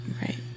Right